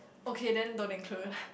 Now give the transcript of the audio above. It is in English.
okay then don't include